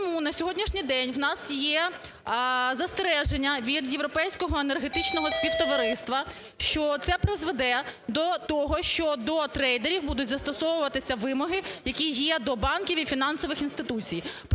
Тому на сьогоднішній день у нас є застереження від Європейського Енергетичного Співтовариства, що це призведе до того, що до трейдерів будуть застосовуватися вимоги, які є до банків і фінансових інституцій.